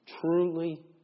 truly